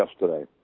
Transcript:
yesterday